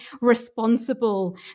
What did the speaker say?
responsible